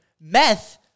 Meth